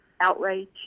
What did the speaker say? outrage